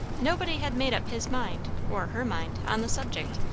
nobody had made up his mind, or her mind, on the subject,